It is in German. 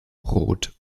rot